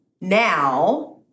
now